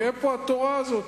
מאיפה התורה הזאת?